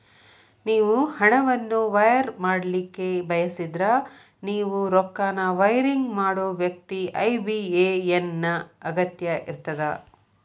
ನೇವು ಹಣವನ್ನು ವೈರ್ ಮಾಡಲಿಕ್ಕೆ ಬಯಸಿದ್ರ ನೇವು ರೊಕ್ಕನ ವೈರಿಂಗ್ ಮಾಡೋ ವ್ಯಕ್ತಿ ಐ.ಬಿ.ಎ.ಎನ್ ನ ಅಗತ್ಯ ಇರ್ತದ